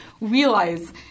realize